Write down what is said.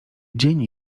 dzień